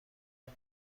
بهم